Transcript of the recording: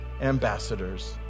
ambassadors